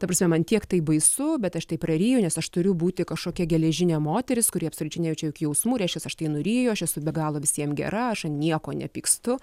ta prasme man tiek tai baisu bet štai aš tai prariju nes aš turiu būti kažkokia geležinė moteris kuri absoliučiai nejaučia jog jausmų reiškias aš tai nuriju aš esu be galo visiem gera aš ant nieko nepykstu